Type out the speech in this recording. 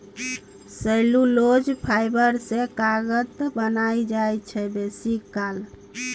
cellulose fibre सँ कागत बनाएल जाइ छै बेसीकाल